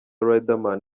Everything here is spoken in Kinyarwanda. riderman